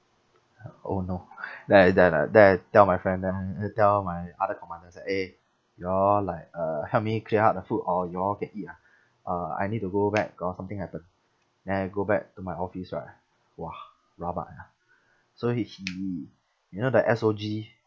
oh no then I then uh then I tell my friend then uh tell my other commanders I say eh you all like uh help me clear up the food or you all take it ah uh I need to go back got something happen then I go back to my office right !wah! rabak ah so he he you know the S_O_G